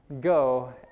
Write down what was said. Go